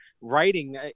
writing